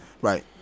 Right